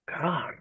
God